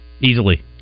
Easily